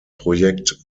projekt